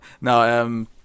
now